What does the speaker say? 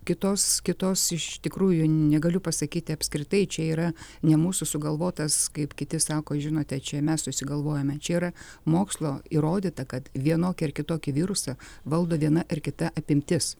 kitos kitos iš tikrųjų negaliu pasakyti apskritai čia yra ne mūsų sugalvotas kaip kiti sako žinote čia mes susigalvojome čia yra mokslo įrodyta kad vienokį ar kitokį virusą valdo viena ar kita apimtis